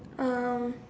um